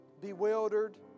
bewildered